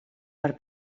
per